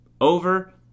over